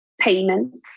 payments